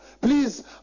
please